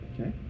Okay